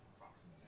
proxy